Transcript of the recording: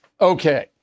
Okay